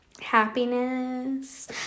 Happiness